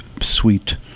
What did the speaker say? sweet